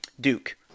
Duke